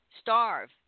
starve